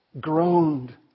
groaned